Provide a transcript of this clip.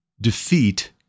defeat